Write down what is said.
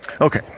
Okay